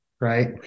Right